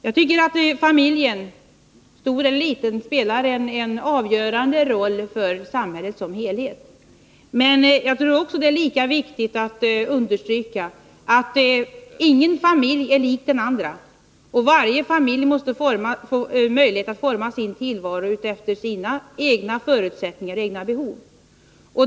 Jag tycker att familjen, stor eller liten, spelar en avgörande roll för samhället som helhet. Men jag tror det är lika viktigt att understryka att ingen familj är lik den andra, och att varje familj måste få möjlighet att forma sin tillvaro efter sina egna förutsättningar och behov.